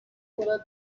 botswana